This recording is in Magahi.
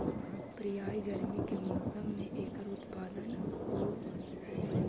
प्रायः गर्मी के मौसम में एकर उत्पादन होवअ हई